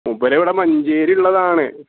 മൂപ്പരിവിടെ മഞ്ചേരി ഉള്ളതാണ്